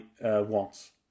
wants